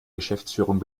geschäftsführung